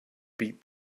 beat